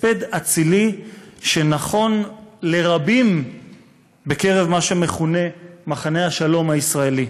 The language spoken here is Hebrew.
הספד אצילי שנכון לרבים בקרב מה שמכונה "מחנה השלום הישראלי".